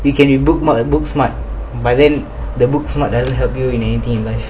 you can be bookmark book smart but then the book smart doesn't help you in